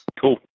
Cool